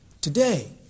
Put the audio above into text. Today